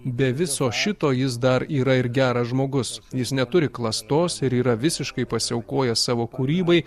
be viso šito jis dar yra ir geras žmogus jis neturi klastos ir yra visiškai pasiaukojęs savo kūrybai